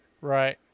Right